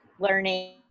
learning